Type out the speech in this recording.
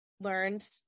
learned